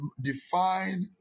Define